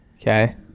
Okay